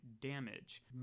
damage